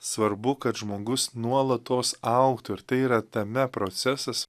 svarbu kad žmogus nuolatos augtų ir tai yra tame procesas